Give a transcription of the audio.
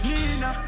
Nina